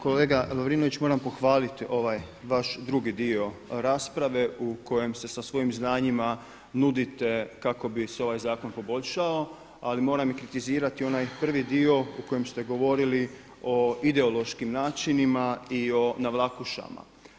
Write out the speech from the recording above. Kolega Lovrinović, moram pohvaliti ovaj vaš drugi dio rasprave u kojem se sa svojim znanjima nudite kako bi se ovaj zakon poboljšao ali moram i kritizirati onaj prvi dio u kojem ste govorili o ideološkim načinima i o navlakušama.